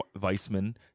Weissman